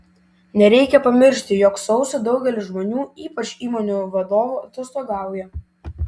nereikia pamiršti jog sausį daugelis žmonių ypač įmonių vadovų atostogauja